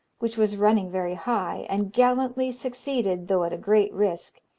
which was running very high, and gallantly succeeded, though at a great risk,